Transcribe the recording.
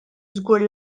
żgur